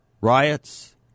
Riots